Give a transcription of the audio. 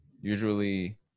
usually